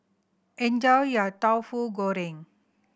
enjoy your Tauhu Goreng